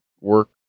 work